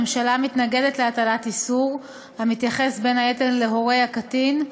הממשלה מתנגדת להטלת איסור המתייחס בין היתר להורי הקטין.